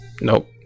Nope